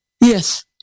yes